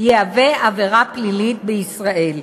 יהווה עבירה פלילית בישראל.